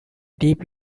deep